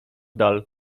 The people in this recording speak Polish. dal